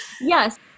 yes